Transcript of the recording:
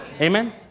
Amen